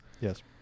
yes